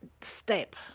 step